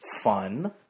fun